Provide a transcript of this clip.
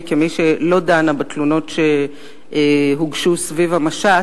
כמי שלא דנה בתלונות שהוגשו סביב המשט,